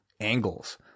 angles